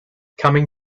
coming